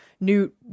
Newt